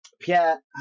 Pierre